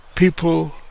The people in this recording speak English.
people